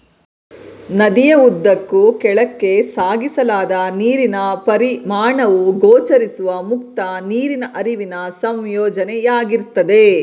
ನದಿಯ ಉದ್ದಕ್ಕೂ ಕೆಳಕ್ಕೆ ಸಾಗಿಸಲಾದ ನೀರಿನ ಪರಿಮಾಣವು ಗೋಚರಿಸುವ ಮುಕ್ತ ನೀರಿನ ಹರಿವಿನ ಸಂಯೋಜನೆಯಾಗಿರ್ತದೆ